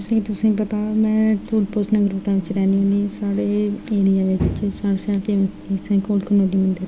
तुसें ई तुसें ई पता में टोल पोस्ट नगरोटा बिच रैह्नी होनी साढ़े एरिया दे बिच साढ़े कोल कंडोली मंदर ऐ